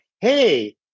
hey